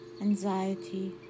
anxiety